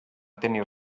tenir